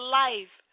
life